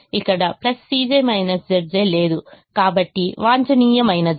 ఇక్కడ Cj Zj లేదు కాబట్టి వాంఛనీయమైనది